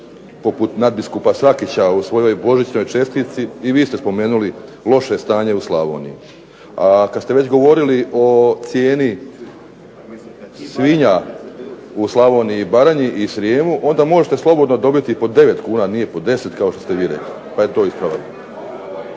poput nadbiskupa Srakića u svojoj božićnoj čestitci i vi ste spomenuli loše stanje u Slavoniji. A kad ste već govorili o cijeni svinja u Slavoniji i Baranji i Srijemu onda možete slobodno dobiti i po 9 kuna, nije po 10 kao što ste vi rekli, pa je to ispravak.